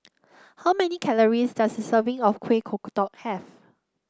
how many calories does a serving of Kuih Kodok have